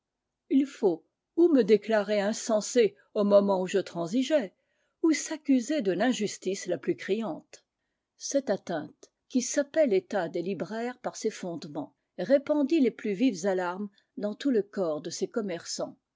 il faut ou me déclarer insensé au moment où je transigeais ou s'accuser de l'injustice la plus criante cette atteinte qui sapait l'état des libraires par ses fondements répandit les plus vives alarmes dans tout le corps de ces commerçants